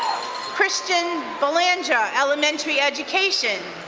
christian balenga, elementary education.